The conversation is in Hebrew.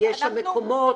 שם מקומות?